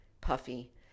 puffy